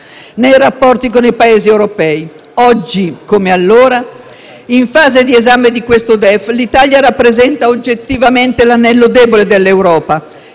nei rapporti con i Paesi europei. Oggi, come allora, in fase di esame di questo DEF, l'Italia rappresenta oggettivamente l'anello debole dell'Europa